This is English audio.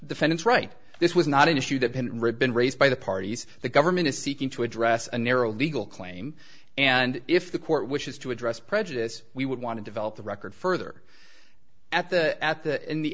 fence right this was not an issue that been ribbon raised by the parties the government is seeking to address a narrow legal claim and if the court wishes to address prejudice we would want to develop the record further at the at the in the